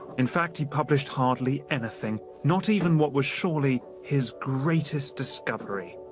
in fact, he published hardly anything, not even what was surely his greatest discovery.